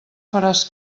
faràs